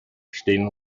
stehen